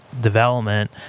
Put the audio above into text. development